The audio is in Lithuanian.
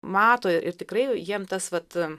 mato ir tikrai jiems tas vat